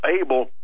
able